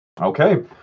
Okay